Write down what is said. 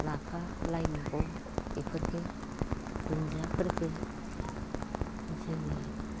लाफा लाइ मैगं एफोरखो दुनदियाफोरखो जोङो